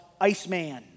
Iceman